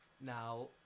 Now